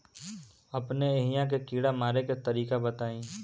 अपने एहिहा के कीड़ा मारे के तरीका बताई?